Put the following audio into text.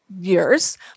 years